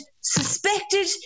suspected